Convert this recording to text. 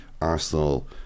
Arsenal